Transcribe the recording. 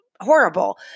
horrible